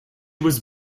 was